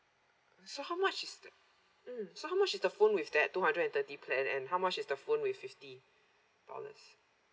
so how much is the mm so how much is the phone with that two hundred and thirty plan and how much is the phone with fifty dollars